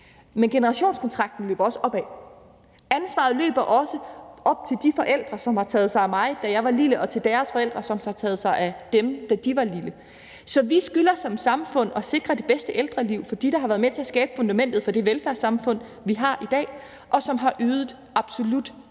Men generationskontrakten løber også opad. Ansvaret løber også op til de forældre, som har taget sig af mig, da jeg var lille, og til deres forældre, som har taget sig af dem, da de var små. Så vi skylder som samfund at sikre det bedste ældreliv for dem, der var med til at skabe fundamentet for det velfærdssamfund, vi har i dag, og som har ydet absolut deres del.